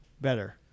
better